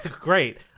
Great